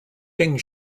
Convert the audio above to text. deng